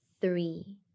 three